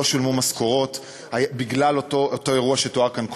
לא שולמו משכורות בגלל אותו אירוע שתואר כאן קודם.